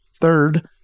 third